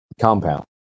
compound